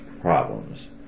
problems